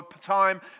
time